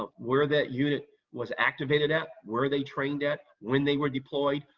ah where that unit was activated at, where they trained at, when they were deployed,